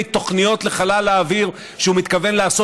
תוכניות לחלל האוויר שהוא מתכוון לעשות,